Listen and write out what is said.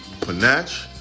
Panache